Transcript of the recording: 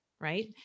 right